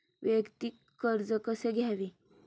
वैयक्तिक कर्ज कसे घ्यावे?